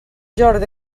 jordi